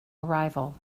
arrival